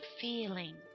feeling